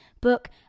book